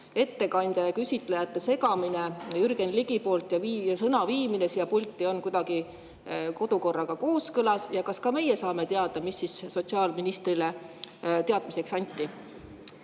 ettekandja ja küsitlejate segamine Jürgen Ligi poolt ja sõna viimine siia pulti on kuidagi kodukorraga kooskõlas? Ja kas ka meie saame teada, mis sotsiaalministrile teadmiseks anti?